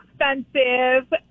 expensive